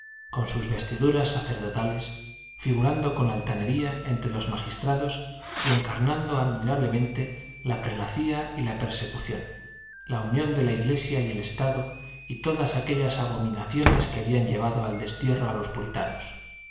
con sus vestiduras sacerdotales figurando con altanería entre los magistrados y encarnando admirablemente la prelacía y la persecución la unión de la iglesia y el estado y todas aquellas abominaciones que habían llevado al destierro a los puritanos